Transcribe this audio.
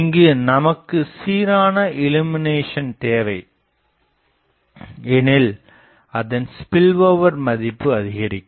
இங்கு நமக்கு சீரான இள்ளுமினேசன் தேவை எனில் அதன் ஸ்பில்ஓவர் மதிப்பு அதிகரிக்கும்